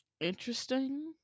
interesting